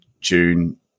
June